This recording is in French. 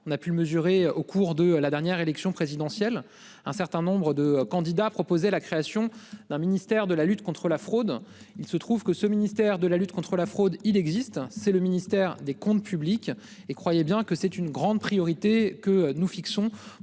On a pu mesurer au cours de la dernière élection présidentielle, un certain nombre de candidats proposé la création d'un ministère de la lutte contre la fraude. Il se trouve que ce ministère de la lutte contre la fraude. Il existe, c'est le ministère des Comptes publics et croyez bien que c'est une grande priorité que nous fixons